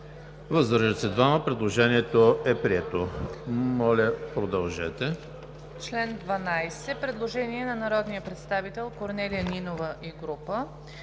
въздържали се 4. Предложението е прието. Моля, продължете,